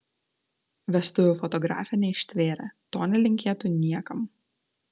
vestuvių fotografė neištvėrė to nelinkėtų niekam